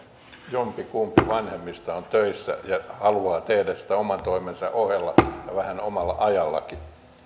jompikumpi vanhemmista on töissä ja haluaa tehdä sitä oman toimensa ohella ja vähän omalla ajallakin